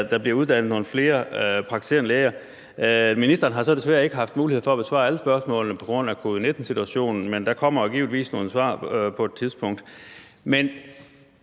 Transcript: der bliver uddannet nogle flere praktiserende læger. Ministeren har så desværre ikke haft mulighed for at besvare alle spørgsmål på grund af covid-19-situationen, men der kommer givetvis nogle svar på et tidspunkt. Men